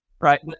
Right